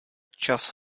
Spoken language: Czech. čas